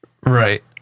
right